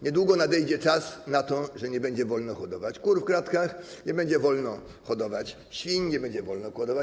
Niedługo nadejdzie czas na to, że nie będzie wolno hodować kur w klatkach, nie będzie wolno hodować świń, nie będzie wolno hodować.